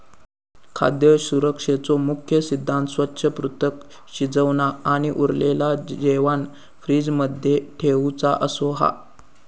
खाद्य सुरक्षेचो मुख्य सिद्धांत स्वच्छ, पृथक, शिजवना आणि उरलेला जेवाण फ्रिज मध्ये ठेउचा असो हा